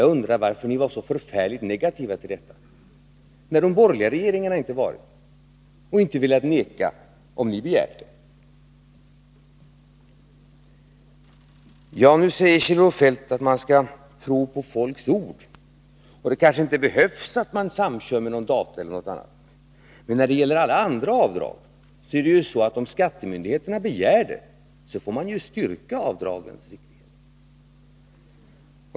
Jag undrar varför ni var så förfärligt negativa till detta, när de borgerliga regeringarna inte varit det och inte velat neka när ni begärt en sådan prövning. Nu säger Kjell-Olof Feldt att man skall tro på folks ord och att det kanske inte behövs någon samkörning med data eller annat. Men när det gäller alla andra avdrag är det ju så att om skattemyndigheterna begär det, får man styrka avdraget.